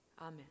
Amen